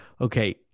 Okay